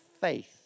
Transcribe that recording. faith